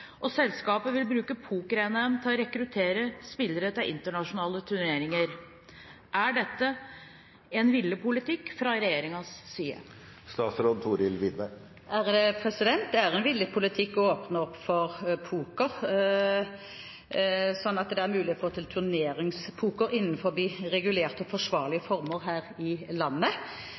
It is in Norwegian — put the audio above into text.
selskapet vil bruke poker-NM til å rekruttere spillere til internasjonale turneringer. Er dette en villet politikk fra regjeringens side?» Det er en villet politikk å åpne opp for poker, sånn at det er mulig å få til turneringspoker innenfor regulerte og forsvarlige former her i landet.